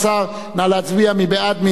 15). נא להצביע.